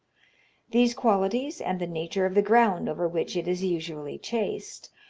these qualities, and the nature of the ground over which it is usually chased,